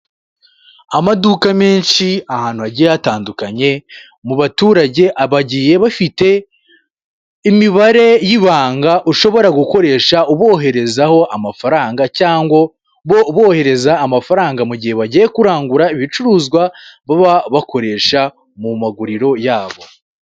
Amaduka menshi ahantu hagiye hatandukanye mu baturage abagiye bafite imibare y'ibanga ushobora gukoresha uboherezaho amafaranga cyangwa bo bohereza amafaranga mu gihe bagiye kurangura ibicuruzwa baba bakoresha mu maguriro yabo.